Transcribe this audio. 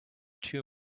too